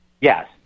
Yes